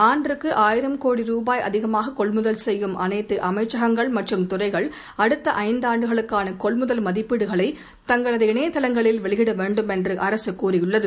ஆண்டுக்குஆயிரம் கோடி ரூபாய்க்கும் அதிகமாககொள்முதல் செய்யும் அனைத்துஅமைச்சகங்கள் மற்றும் துறைகள் அடுத்தஐந்தாண்டுகளுக்கானகொள்முதல் மதிப்பீடுகளை தங்களது இணையதளங்களில் வெளியிடவேண்டும் என்றுஅரசுகூறியுள்ளது